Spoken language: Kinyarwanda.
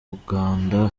buganda